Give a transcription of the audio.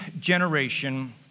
generation